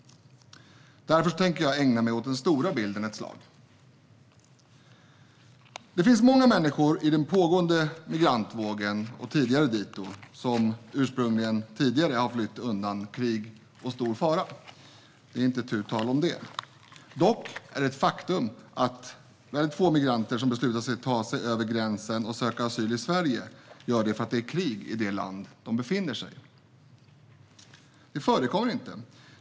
Därför tänker jag ägna mig åt den stora bilden ett slag. Det finns många människor i den pågående migrantvågen och tidigare dito som ursprungligen, tidigare, har flytt undan krig och stor fara. Det är inte tu tal om det. Dock är det ett faktum att väldigt få migranter beslutar att ta sig över gränsen och söka asyl i Sverige därför att det är krig i det land där de befinner sig. Det förekommer inte.